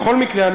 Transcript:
בכל מקרה,